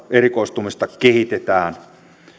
erikoistumista kehitetään